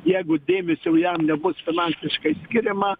jeigu dėmesio jam nebus finansiškai skiriama